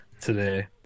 today